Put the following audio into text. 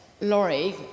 Laurie